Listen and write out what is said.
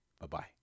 bye-bye